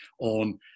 on